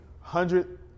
hundred